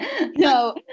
No